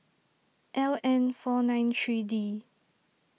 L N four nine three D